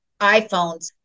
iphones